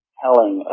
telling